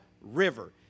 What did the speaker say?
River